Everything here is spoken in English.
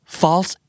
false